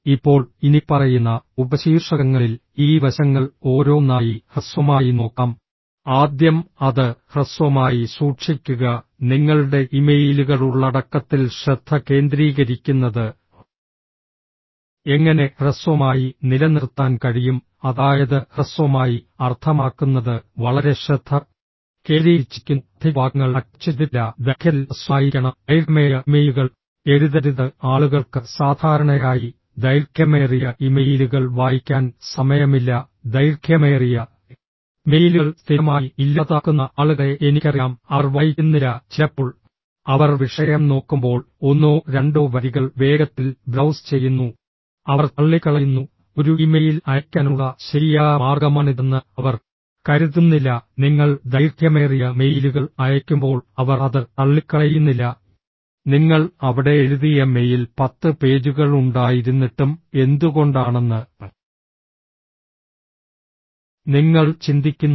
ഇപ്പോൾ ഇനിപ്പറയുന്ന ഉപശീർഷകങ്ങളിൽ ഈ വശങ്ങൾ ഓരോന്നായി ഹ്രസ്വമായി നോക്കാം ആദ്യം അത് ഹ്രസ്വമായി സൂക്ഷിക്കുക നിങ്ങളുടെ ഇമെയിലുകൾ ഉള്ളടക്കത്തിൽ ശ്രദ്ധ കേന്ദ്രീകരിക്കുന്നത് എങ്ങനെ ഹ്രസ്വമായി നിലനിർത്താൻ കഴിയും അതായത് ഹ്രസ്വമായി അർത്ഥമാക്കുന്നത് വളരെ ശ്രദ്ധ കേന്ദ്രീകരിച്ചിരിക്കുന്നു അധിക വാക്യങ്ങൾ അറ്റാച്ചുചെയ്തിട്ടില്ല ദൈർഘ്യത്തിൽ ഹ്രസ്വമായിരിക്കണം ദൈർഘ്യമേറിയ ഇമെയിലുകൾ എഴുതരുത് ആളുകൾക്ക് സാധാരണയായി ദൈർഘ്യമേറിയ ഇമെയിലുകൾ വായിക്കാൻ സമയമില്ല ദൈർഘ്യമേറിയ മെയിലുകൾ സ്ഥിരമായി ഇല്ലാതാക്കുന്ന ആളുകളെ എനിക്കറിയാം അവർ വായിക്കുന്നില്ല ചിലപ്പോൾ അവർ വിഷയം നോക്കുമ്പോൾ ഒന്നോ രണ്ടോ വരികൾ വേഗത്തിൽ ബ്രൌസ് ചെയ്യുന്നു അവർ തള്ളിക്കളയുന്നു ഒരു ഇമെയിൽ അയയ്ക്കാനുള്ള ശരിയായ മാർഗമാണിതെന്ന് അവർ കരുതുന്നില്ല നിങ്ങൾ ദൈർഘ്യമേറിയ മെയിലുകൾ അയയ്ക്കുമ്പോൾ അവർ അത് തള്ളിക്കളയുന്നില്ല നിങ്ങൾ അവിടെ എഴുതിയ മെയിൽ പത്ത് പേജുകൾ ഉണ്ടായിരുന്നിട്ടും എന്തുകൊണ്ടാണെന്ന് നിങ്ങൾ ചിന്തിക്കുന്നു